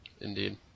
Indeed